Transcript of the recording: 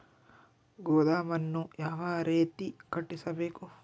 ಗೋದಾಮನ್ನು ಯಾವ ರೇತಿ ಕಟ್ಟಿಸಬೇಕು?